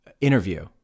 interview